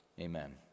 amen